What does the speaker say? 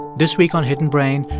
this week on hidden brain,